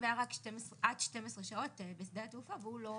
והיה רק עד 12 שעות בשדה התעופה והוא לא